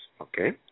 Okay